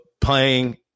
playing